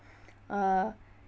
uh